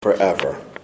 forever